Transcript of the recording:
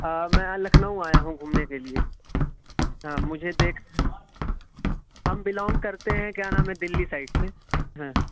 میں لکھنؤ آیا ہوں گھومنے کے لیے ہاں مجھے دیکھ ہم بلونگ کرتے ہیں کیا نام ہے دلی سائیڈ سے ہاں